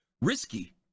risky